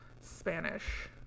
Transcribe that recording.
Spanish